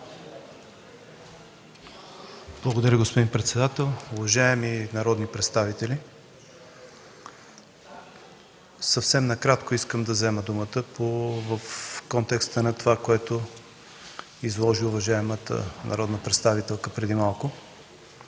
Благодаря, господин председател. Уважаеми народни представители, искам да взема думата съвсем накратко по контекста на това, което изложи уважаемата народна представителка преди малко.